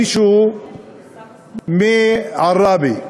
מישהו מעראבה,